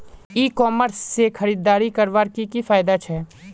ई commerce से खरीदारी करवार की की फायदा छे?